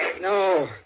No